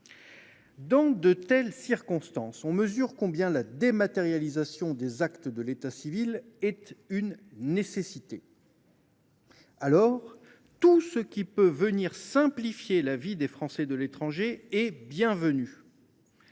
Dans de telles circonstances, on mesure combien la dématérialisation des actes de l’état civil répond à une nécessité. Tout ce qui tend à simplifier la vie des Français de l’étranger est bienvenu.